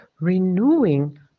renewing